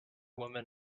woman